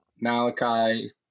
Malachi